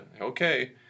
okay